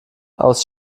aus